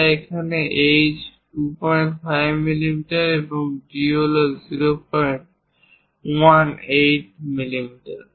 তাই এখানে h 25 millimetre এবং d হল 018 মিলিমিটার